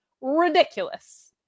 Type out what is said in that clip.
Ridiculous